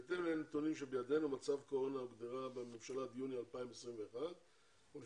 בהתאם לנתונים שבידינו מצב קורונה הוגדרה בממשלה עד יוני 2021 ולפיכך